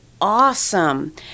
awesome